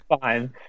fine